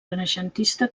renaixentista